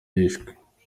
bishwe